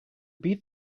beat